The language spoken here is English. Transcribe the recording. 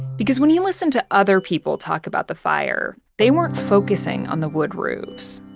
because when he listened to other people talk about the fire, they weren't focusing on the wood roofs,